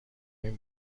این